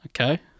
Okay